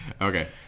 Okay